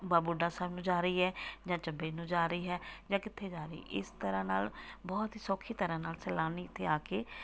ਬਾਬਾ ਬੁੱਢਾ ਸਾਹਿਬ ਨੂੰ ਜਾ ਰਹੀ ਹੈ ਜਾਂ ਚੱਬੇ ਨੂੰ ਜਾ ਰਹੀ ਹੈ ਜਾਂ ਕਿੱਥੇ ਜਾ ਰਹੀ ਇਸ ਤਰ੍ਹਾਂ ਨਾਲ ਬਹੁਤ ਹੀ ਸੌਖੀ ਤਰ੍ਹਾਂ ਨਾਲ ਸੈਲਾਨੀ ਇੱਥੇ ਆ ਕੇ